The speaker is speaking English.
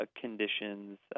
Conditions